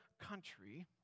country